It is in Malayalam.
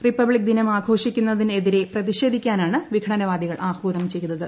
റിപ്പബ്ലിക് ദിനം ആഘോഷിക്കുന്നതിന് എതിരെ പ്രതിഷേധിക്കാനാണ് വിഘടനവാദികൾ ആഹ്വാനം ചെയ്തത്